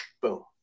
Boom